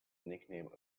nickname